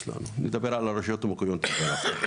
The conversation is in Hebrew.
אבל אני מדבר על הרשויות המקומיות עכשיו.